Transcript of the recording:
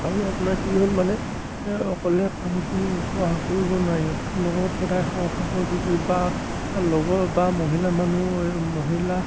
আৰু আপোনাৰ কি হ'ল মানে অকলে কামটো কৰা কৰিব নোৱাৰি লগত সদায় সহযোগী বা লগৰ বা মহিলা মানুহ এই মহিলা